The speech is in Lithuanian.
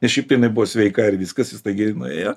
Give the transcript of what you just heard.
nes šiaip tai jinai buvo sveika ir viskas ji staigiai nuėjo